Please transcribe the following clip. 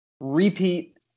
repeat